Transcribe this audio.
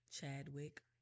Chadwick